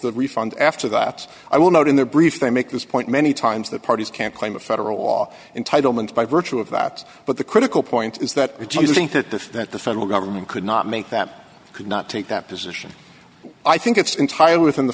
the refund after that i will note in their brief they make this point many times that parties can claim a federal law in title and by virtue of that but the critical point is that if you think that the that the federal government could not make that could not take that position i think it's entirely within the